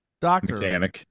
doctor